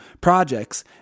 projects